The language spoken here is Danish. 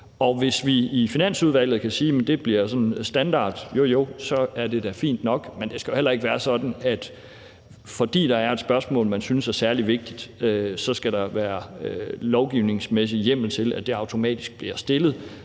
om. Hvis vi i Finansudvalget kan sige, at det sådan bliver standard, så er det da fint nok, men det skal jo heller ikke være sådan, at fordi der er et spørgsmål, man synes er særlig vigtigt, så skal der være lovgivningsmæssig hjemmel til, at det automatisk bliver stillet.